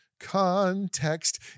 context